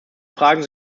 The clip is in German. fragen